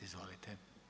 Izvolite.